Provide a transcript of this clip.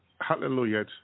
hallelujah